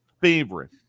favorite